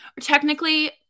Technically